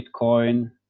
Bitcoin